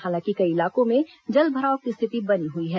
हालांकि कई इलाकों में जलभराव की स्थिति बनी हुई है